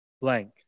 blank